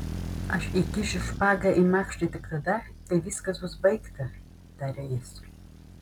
aš įkišiu špagą į makštį tik tada kai viskas bus baigta tarė jis